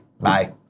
Bye